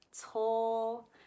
tall